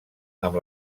amb